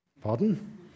Pardon